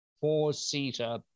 four-seater